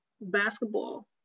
basketball